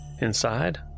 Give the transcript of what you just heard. Inside